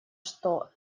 что